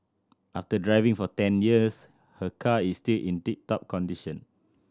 after driving for ten years her car is still in tip top condition